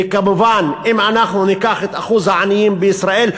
וכמובן אם ניקח את אחוז העניים בישראל,